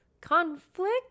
conflict